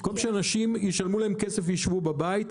במקום שישלמו לאנשים כסף וישבו בבית,